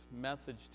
message